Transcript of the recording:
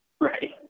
Right